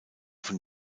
von